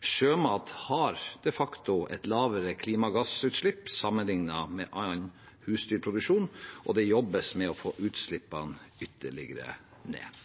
Sjømat har de facto et lavere klimagassutslipp sammenlignet med annen husdyrproduksjon, og det jobbes med å få utslippene ytterligere ned.